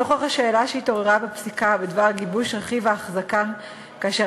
נוכח השאלה שהתעוררה בפסיקה בדבר גיבוש רכיב ההחזקה כאשר